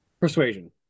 persuasion